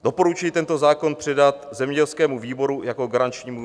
Doporučuji tento zákon předat zemědělskému výboru jako výboru garančnímu.